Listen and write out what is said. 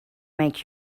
make